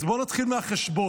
אז בואו נתחיל מהחשבון: